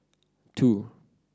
two